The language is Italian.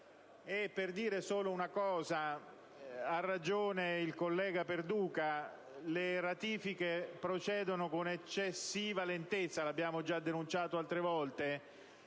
Desidero solo dire che ha ragione il collega Perduca: le ratifiche procedono con eccessiva lentezza, come abbiamo già denunciato altre volte.